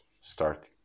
start